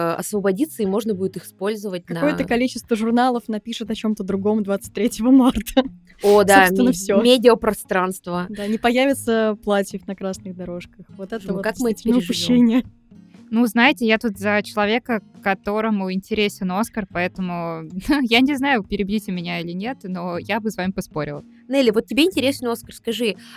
освободится, и можно будет их использовать Какое-то на- количество журналов напишет о чём-то другом 23 марта. О, да, Собственно, м- всё. медиапространство. Да, не появится платьев на красных дорожках. Вот это В общем, вот как мы это действительно переживём? упущение. Ну, знаете, я тут за человека, которому интересен Оскар, поэтому я не знаю, перебьёте меня или нет, но я бы с вами поспорила. Нелли, вот тебе интересен Оскар, скажи,